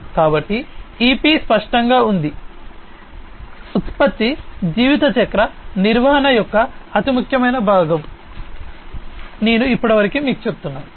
కాబట్టి ఈ పి స్పష్టంగా ఉంది ఉత్పత్తి జీవితచక్ర నిర్వహణ యొక్క అతి ముఖ్యమైన భాగం నేను ఇప్పటివరకు మీకు చెప్తున్నాను